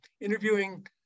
interviewing